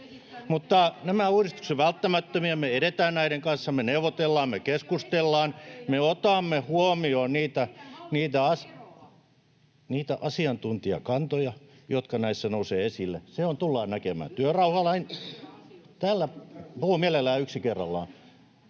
laitaa] Nämä uudistukset ovat välttämättömiä. Me edetään näiden kanssa, me neuvotellaan, me keskustellaan, me otamme huomioon niitä asioita ja [Välihuuto] niitä asiantuntijakantoja, jotka näissä nousevat esille. Se tullaan näkemään. Työrauhalain... [Krista Kiurun välihuuto] — Puhun mielellään yksi kerrallaan.